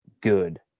good